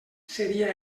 seria